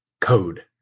code